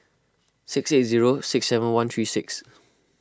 six eight zero six seven one three six